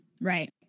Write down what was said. Right